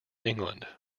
england